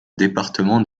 département